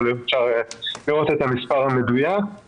אפשר לראות את המספר המדויק.